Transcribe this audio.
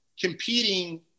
competing